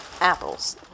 apples